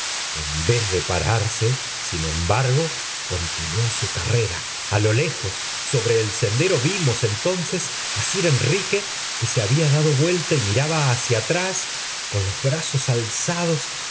en vez de pararse sin embargo continuó su carrera a lo lejos sobre el sendero vimos entonces á sir enrique que se había dado vuelta y miraba hacia atrás con los brazos alzados